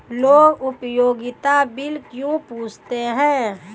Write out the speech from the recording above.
लोग उपयोगिता बिल क्यों पूछते हैं?